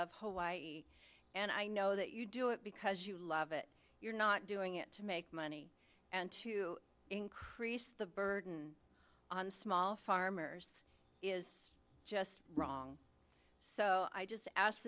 of hawaii and i know that you do it because you love it you're not doing it to make money and to increase the burden on small farmers is just wrong so i just ask